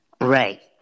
Right